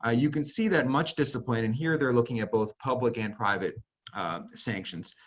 ah you can see that much discipline, and here they're looking at both public and private sanctions,